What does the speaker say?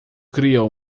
criou